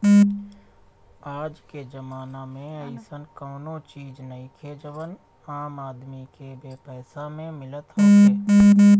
आजके जमाना में अइसन कवनो चीज नइखे जवन आम आदमी के बेपैसा में मिलत होखे